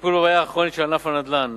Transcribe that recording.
לטיפול בבעיה הכרונית של ענף הנדל"ן,